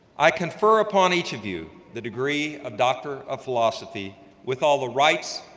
i confer upon each of you the degree of doctor of philosophy with all the rights,